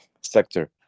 sector